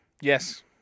Yes